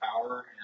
power